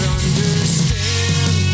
understand